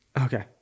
okay